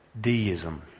deism